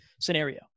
scenario